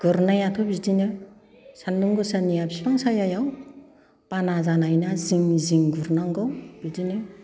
गुरनायाथ' बिदिनो सान्दुं गोसाना बिफां सायायाव बाना जानायना जिं जिं गुरनांगौ बिदिनो